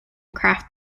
kraft